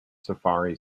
safari